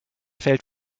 fällt